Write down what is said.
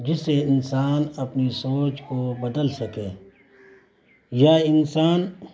جس سے انسان اپنی سوچ کو بدل سکے یا انسان